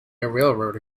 railroad